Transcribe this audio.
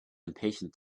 impatient